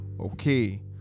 Okay